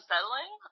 Settling